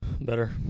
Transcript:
Better